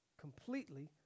completely